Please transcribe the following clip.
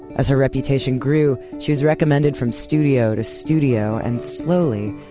as her reputation grew, she was recommended from studio to studio and slowly,